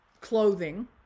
clothing